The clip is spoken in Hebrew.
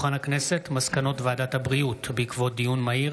מסקנות ועדת הבריאות בעקבות דיון מהיר